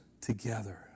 together